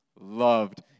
loved